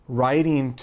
writing